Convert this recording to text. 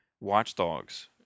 watchdogs